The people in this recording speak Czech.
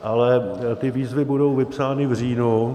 Ale ty výzvy budou vypsány v říjnu.